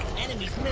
enemies